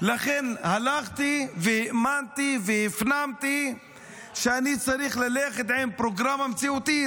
לכן הלכתי והאמנתי והפנמתי שאני צריך ללכת עם פרוגרמה מציאותית.